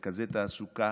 מרכזי תעסוקה,